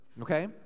okay